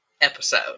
episode